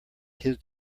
his